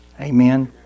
Amen